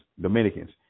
Dominicans